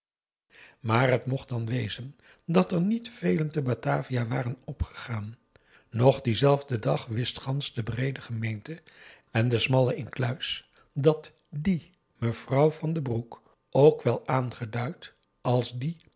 maar het mocht dan wezen dat er niet velen te batavia waren opgegaan nog dienzelfden dag wist gansch de breede gemeente en de smalle incluis dat die mevrouw van den broek ook wel aangeduid als die